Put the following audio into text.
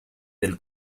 del